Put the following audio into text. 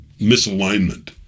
misalignment